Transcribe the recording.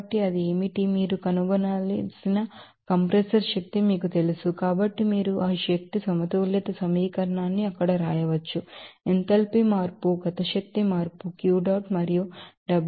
కాబట్టి అది ఏమిటి మీరు కనుగొనాల్సిన కంప్రెసర్ శక్తి మీకు తెలుసు కాబట్టి మీరు ఈ ఎనర్జీ బాలన్స్ ఈక్వేషన్ న్ని ఇక్కడ వ్రాయవచ్చు ఎంథాల్పీ మార్పు kinetic energy change Q dot మరియు W dot ఉపయోగించబడతాయి